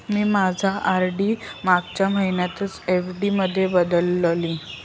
मी माझी आर.डी मागच्या महिन्यातच एफ.डी मध्ये बदलली